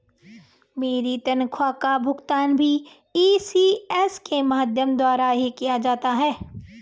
मेरी तनख्वाह का भुगतान भी इ.सी.एस के माध्यम द्वारा ही किया जाता है